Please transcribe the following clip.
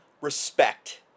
respect